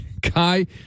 guy